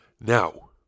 Now